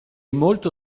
molto